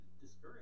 discouraged